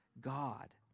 God